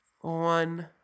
one